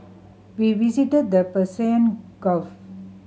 we visited the Persian Gulf